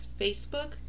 Facebook